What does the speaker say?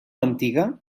antiga